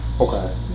Okay